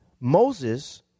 Moses